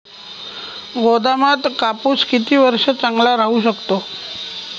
गोदामात कापूस किती वर्ष चांगला राहू शकतो?